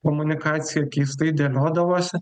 komunikacija keistai dėliodavosi